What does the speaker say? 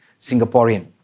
Singaporean